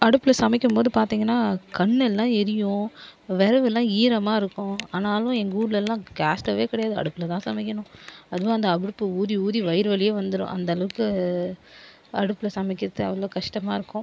அடுப்பில் சமைக்கும்போது பார்த்திங்கனா கண்ணெல்லாம் எரியும் வெரவுலாம் ஈரமாக இருக்கும் ஆனாலும் எங்கள் ஊருலல்லாம் கேஸ் ஸ்டவ்வே கிடையாது அடுப்புல தான் சமைக்கணும் அதுவும் அந்த அபுர்ப்பு ஊதி ஊதி வயிறு வலியே வந்துரும் அந்தளவுக்கு அடுப்பில் சமைக்கிறது அவ்வளோ கஷ்டமாக இருக்கும்